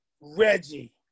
Reggie